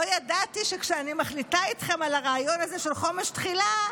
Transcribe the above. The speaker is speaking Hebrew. לא ידעתי שכשאני מחליטה איתכם על הרעיון הזה של חומש תחילה,